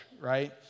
right